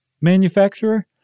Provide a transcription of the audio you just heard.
manufacturer